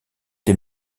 des